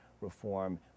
reform